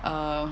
err